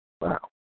Wow